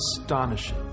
astonishing